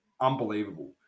unbelievable